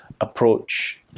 approach